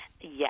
Yes